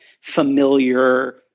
familiar